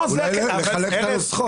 אולי צריך לחלק את הנוסחות.